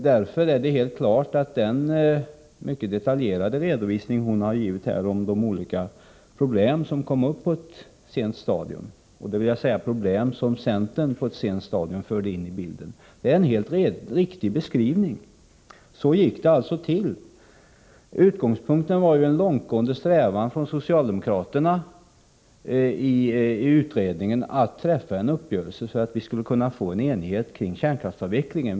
Därför är det helt klart att den mycket detaljerade redovisning hon har givit här om de olika problem som kom upp på ett sent stadium — problem som centern på ett sent stadium förde ini bilden — är en helt riktig beskrivning. Så gick det alltså till. Utgångspunkten var en långtgående strävan från socialdemokraterna i utredningen att träffa en uppgörelse, så att vi skulle kunna få enighet kring kärnkraftsavvecklingen.